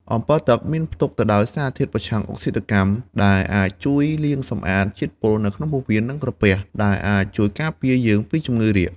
អម្ពិលទឹកមានផ្ទុកទៅដោយសារធាតុប្រឆាំងអុកស៊ីតកម្ម ដែលអាចជួយលាងសម្អាតជាតិពុលនៅក្នុងពោះវៀន និងក្រពះ ដែលអាចជួយការពារយើងពីជំងឺរាគ។